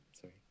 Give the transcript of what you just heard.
Sorry